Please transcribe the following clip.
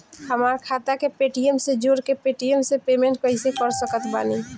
हमार खाता के पेटीएम से जोड़ के पेटीएम से पेमेंट कइसे कर सकत बानी?